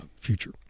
future